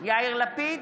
יאיר לפיד,